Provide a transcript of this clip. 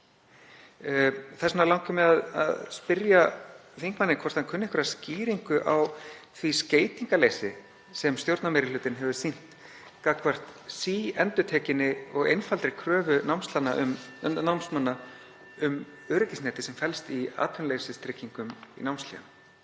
Þess vegna langar mig að spyrja þingmanninn hvort hann kunni einhverja skýringu á því skeytingarleysi sem stjórnarmeirihlutinn hefur sýnt gagnvart síendurtekinni og einfaldri kröfu námsmanna um öryggisnetið sem felst í atvinnuleysistryggingum í námshléum.